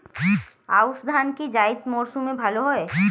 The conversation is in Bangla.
আউশ ধান কি জায়িদ মরসুমে ভালো হয়?